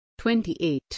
28